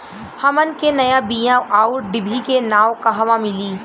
हमन के नया बीया आउरडिभी के नाव कहवा मीली?